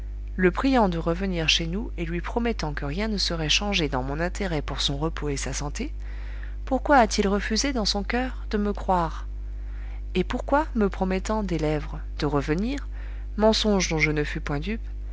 le priant de revenir chez nous et lui promettant que rien ne serait changé dans mon intérêt pour son repos et sa santé pourquoi a-t-il refusé dans son coeur de me croire et pourquoi me promettant des lèvres de revenir mensonge dont je ne fus point dupe